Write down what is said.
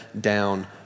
down